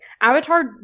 avatar